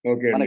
Okay